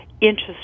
interest